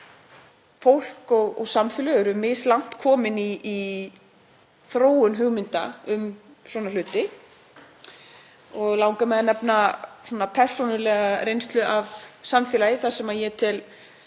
fólk og samfélög eru mislangt komin í þróun hugmynda um svona hlutil. Langar mig að nefna persónulega reynslu af samfélagi þar sem ég tel